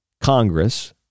Congress